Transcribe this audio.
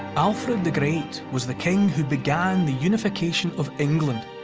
alfred the great was the king who began the unification of england.